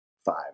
Five